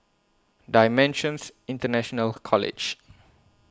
DImensions International College